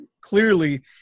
clearly